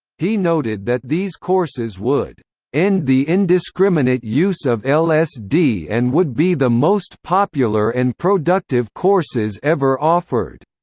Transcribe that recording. he noted that these courses would end the indiscriminate use of lsd and would be the most popular and productive courses ever offered.